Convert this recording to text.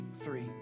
three